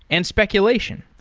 and speculation.